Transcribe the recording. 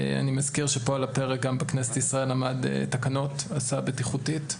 אני מזכיר שגם בכנסת ישראל עמדו על הפרק תקנות הסעה בטיחותית,